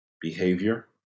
Behavior